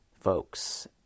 folks